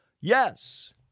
Yes